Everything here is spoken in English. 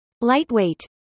Lightweight